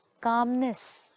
calmness